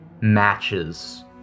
matches